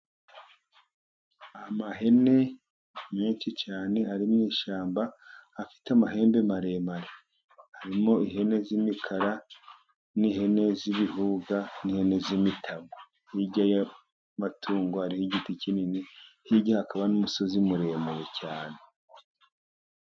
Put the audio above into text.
Amahene menshi cyane ari mu ishyamba, afite amahembe maremare. Harimo ihene z'imikara, n'ihene z'ibihuga, n'ihene z'imitavu. Hirya y'amatungo hariho igiti kinini, hirya akaba n'umusozi muremure cyane.